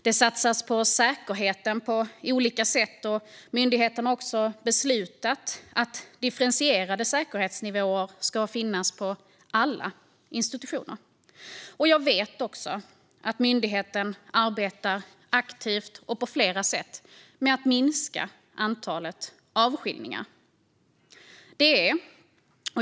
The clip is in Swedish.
Det satsas på säkerheten på olika sätt, och myndigheten har också beslutat att differentierade säkerhetsnivåer ska finnas på alla institutioner. Jag vet också att myndigheten arbetar aktivt och på flera sätt med att minska antalet avskiljningar.